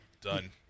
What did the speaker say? done